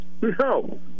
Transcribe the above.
No